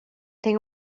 tem